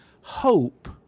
hope